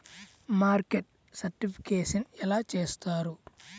Market certification ఎలా చేస్తారు?